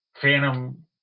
Phantom